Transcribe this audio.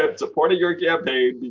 ah supporting your campaign